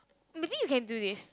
maybe you can do this